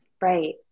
Right